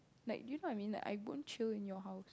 like do you know I mean like I won't chill in your house